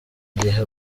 gihe